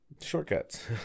Shortcuts